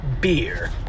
beer